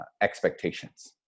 expectations